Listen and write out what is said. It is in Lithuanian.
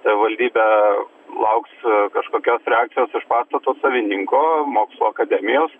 savivaldybė lauks kažkokios reakcijos iš pastato savininko mokslų akademijos